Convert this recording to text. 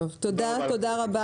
תודה רבה